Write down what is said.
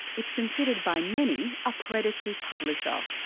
it's considered by many a predatory publisher.